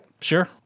Sure